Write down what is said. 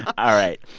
all right,